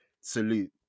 Salute